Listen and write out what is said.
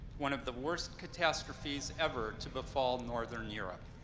one of the worst catastrophes ever to befall northern europe.